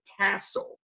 tassel